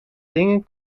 dingen